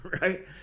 right